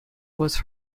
was